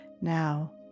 Now